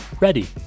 ready